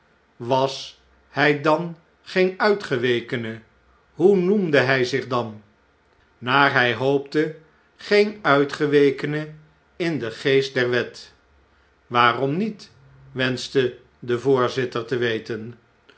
was hij dan geen uitgewekene hoe noemde hy zich dan naar hjj hoopte geen uitgewekene in den geest der wet waarom niet wenschte de voorzitter te weten